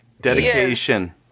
Dedication